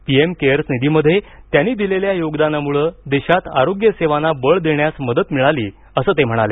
PM cares निधीमध्ये त्यांनी दिलेल्या योगदानामुळे देशात आरोग्यसेवांना बळ देण्यास मदत मिळाली असं ते म्हणाले